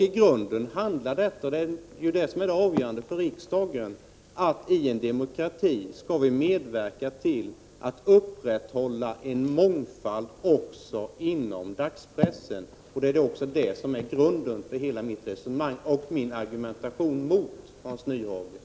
I grunden handlar detta om — och det måste vara avgörande för riksdagen — att man i en demokrati skall medverka till att upprätthålla en mångfald också inom dagspressen. Det är också grunden för hela mitt resonemang och min argumentation mot Hans Nyhage.